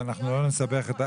ואנחנו לא נסבך את,